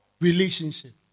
Relationship